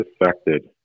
affected